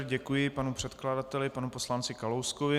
Děkuji panu předkladateli, panu poslanci Kalouskovi.